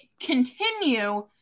continue